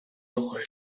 ojos